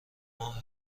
ماه